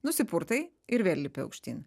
nusipurtai ir vėl lipi aukštyn